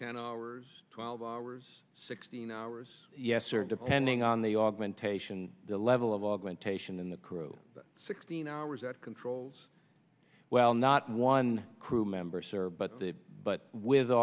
ten hours twelve hours sixteen hours yes sir depending on the augmentation the level of augmentation in the crew sixteen hours that controls well not one crew member sir but but w